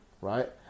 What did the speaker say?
Right